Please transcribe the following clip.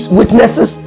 witnesses